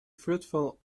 fruitful